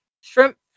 Shrimp